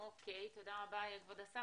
תודה רבה כבוד השר.